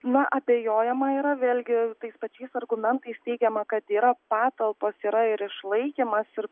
na abejojama yra vėlgi tais pačiais argumentais teigiama kad yra patalpos yra ir išlaikymas ir